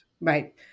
Right